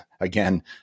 again